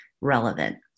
relevant